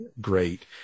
great